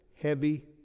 heavy